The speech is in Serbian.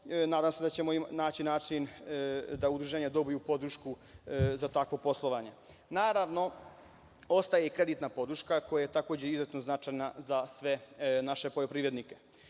Nadam se da ćemo naći način da udruženja dobiju podršku za takvo poslovanje. Naravno, ostaje i kreditna podrška, koja je takođe izuzetno značajna za sve naše poljoprivrednike.U